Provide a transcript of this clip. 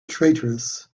traitorous